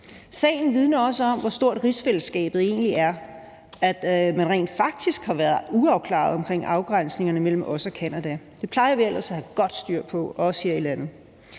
Sagen vidner også om, hvor stort rigsfællesskabet egentlig er, når man rent faktisk har været uafklaret om afgrænsningerne mellem os og Canada. Det plejer vi ellers at have godt styr på, også her i landet.